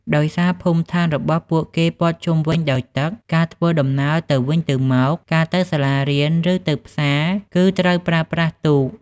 ដោយសារភូមិដ្ឋានរបស់ពួកគេព័ទ្ធជុំវិញដោយទឹក ការធ្វើដំណើរទៅវិញទៅមក ការទៅសាលារៀន ឬទៅផ្សារគឺត្រូវប្រើប្រាស់ទូក។